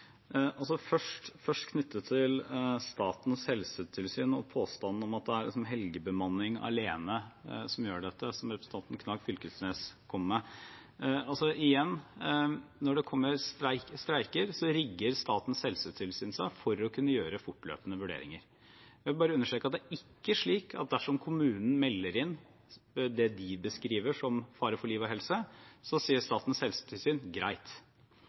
til Statens helsetilsyn og påstanden om at det er helgebemanning alene som gjør dette, som representanten Knag Fylkesnes kom med. Igjen: Når det kommer streiker, rigger Statens helsetilsyn seg for å kunne gjøre fortløpende vurderinger. Jeg vil bare understreke at det ikke er slik at dersom kommunen melder inn det de beskriver som fare for liv og helse, så sier Statens helsetilsyn at det er greit.